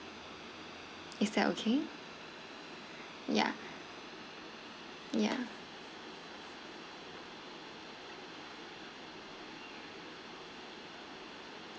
is that okay yeah yeah